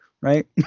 right